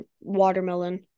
watermelon